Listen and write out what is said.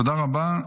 תודה רבה.